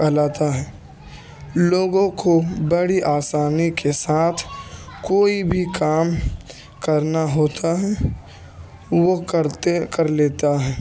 کہلاتا ہے لوگوں کو بڑی آسانی کے ساتھ کوئی بھی کام کرنا ہوتا ہے وہ کرتے کر لیتا ہے